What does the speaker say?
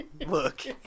Look